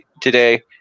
today